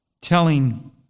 telling